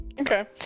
Okay